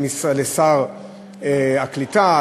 לשר הקליטה,